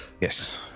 Yes